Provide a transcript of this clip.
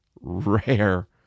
rare